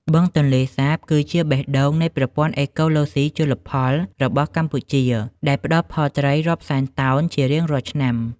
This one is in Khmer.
បឹងទន្លេសាប គឺជាបេះដូងនៃប្រព័ន្ធអេកូឡូស៊ីជលផលរបស់កម្ពុជា ដែលផ្តល់ផលត្រីរាប់សែនតោនជារៀងរាល់ឆ្នាំ។